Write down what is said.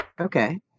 Okay